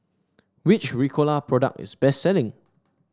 which Ricola product is best selling